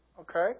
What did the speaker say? Okay